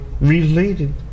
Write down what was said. related